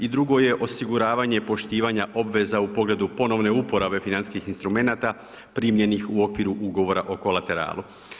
I drugo je osiguravanje poštivanje obveza u pogledu ponovne uporabe financijskih instrumenata primijenih u okviru ugovora o kolateralu.